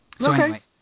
Okay